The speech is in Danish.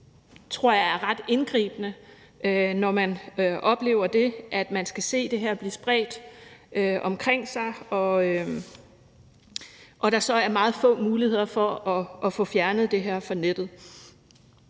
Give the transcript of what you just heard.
få ytringerne fjernet. Når man oplever, at man skal se det her blive spredt omkring sig, og at der så er meget få muligheder for at få fjernet det fra nettet,